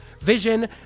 Vision